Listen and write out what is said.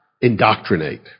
indoctrinate